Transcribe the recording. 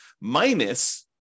minus